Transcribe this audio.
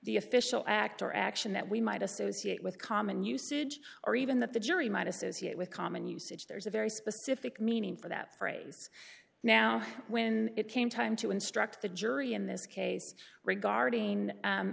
the official act or action that we might associate with common usage or even that the jury might associate with common usage there's a very specific meaning for that phrase now when it came time to instruct the jury in this case regarding